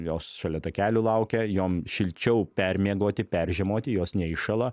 jos šalia takelių laukia jom šilčiau permiegoti peržiemoti jos neiššąla